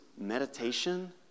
meditation